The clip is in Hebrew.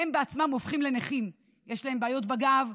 הם בעצמם הופכים לנכים ; יש להם בעיות בגב.